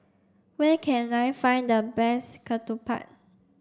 where can I find the best Ketupat